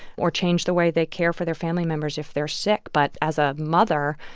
or change the way they care for their family members if they're sick? but as a mother,